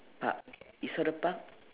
park you saw the park